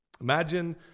Imagine